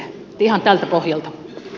että ihan tältä pohjalta